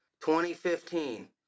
2015